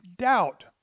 doubt